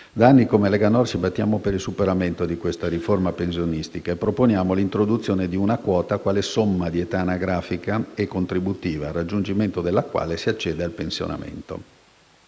Da anni la Lega Nord si batte per il superamento di questa riforma pensionistica, proponendo l'introduzione di una quota, quale somma di età anagrafica e contributiva, al raggiungimento della quale si accede al pensionamento.